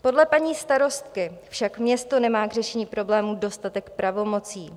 Podle paní starostky však město nemá k řešení problémů dostatek pravomocí: